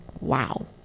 Wow